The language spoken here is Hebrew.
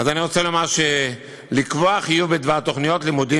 אז אני רוצה לומר שלקבוע חיוב בדבר תוכניות לימודים